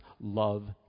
love